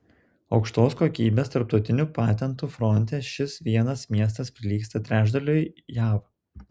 aukštos kokybės tarptautinių patentų fronte šis vienas miestas prilygsta trečdaliui jav